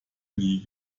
nie